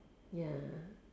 ya